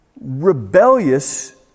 rebellious